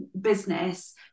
business